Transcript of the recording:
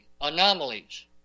anomalies